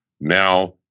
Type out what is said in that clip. now